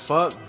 Fuck